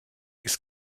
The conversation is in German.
ist